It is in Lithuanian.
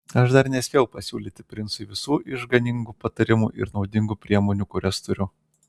aš dar nespėjau pasiūlyti princui visų išganingų patarimų ir naudingų priemonių kurias turiu